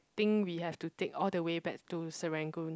think we have to take all the way back to Serangoon